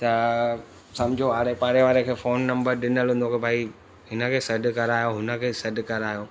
त सम्झो आड़े पाड़े वारे खे फोन नंबर ॾिनल हूंदो की भाई हिन खे सॾु करायो हुन खे सॾु करायो